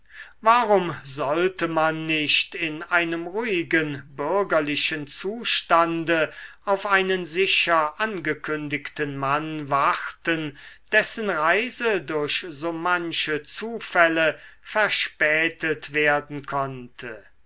warum sollte man nicht in einem ruhigen bürgerlichen zustande auf einen sicher angekündigten mann warten dessen reise durch so manche zufälle verspätet werden konnte